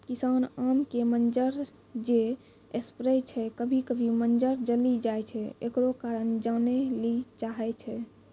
किसान आम के मंजर जे स्प्रे छैय कभी कभी मंजर जली जाय छैय, एकरो कारण जाने ली चाहेय छैय?